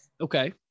Okay